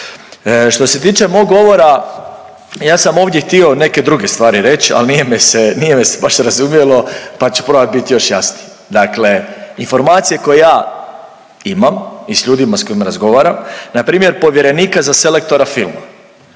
Što se tiče mog govora, ja sam ovdje htio neke druge stvari reć, al nije me se, nije me se baš razumjelo pa ću probat bit još jasniji. Dakle, informacije koje ja imam i s ljudima s kojim razgovaram npr. povjerenika sa selektora filma